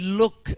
look